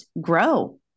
grow